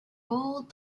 rolled